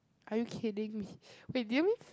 are you kidding me wait did you